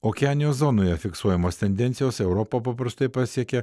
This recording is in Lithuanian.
okeanijos zonoje fiksuojamos tendencijos europą paprastai pasiekia